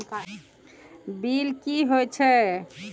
Bill की हौए छै?